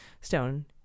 Stone